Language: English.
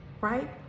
right